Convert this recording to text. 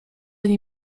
niej